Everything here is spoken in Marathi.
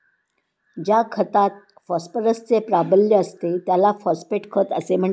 ज्या खतात फॉस्फरसचे प्राबल्य असते त्याला फॉस्फेट खत असे म्हणतात